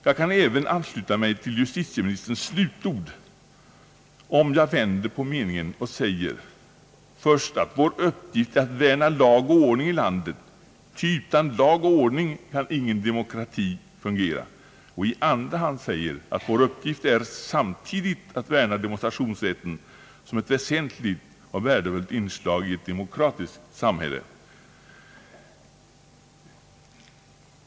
Jag kan även ansluta mig till justitieministerns slutord om jag kastar om meningarna och säger: Vår uppgift är att värna lag och ordning i landet, ty utan lag och ordning kan ingen demokrati fungera och i andra hand, vår uppgift är samtidigt att värna demonstrationsrätten som ett väsentligt och värdefullt inslag i ett demokratiskt samhälle.